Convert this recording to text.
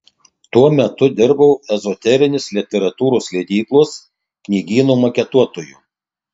tuo metu dirbau ezoterinės literatūros leidyklos knygyno maketuotoju